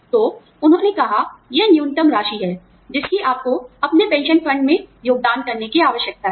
तो उन्होंने कहा यह न्यूनतम राशि है जिसकी आपको अपने पेंशन फंड में योगदान करने की आवश्यकता है